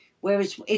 whereas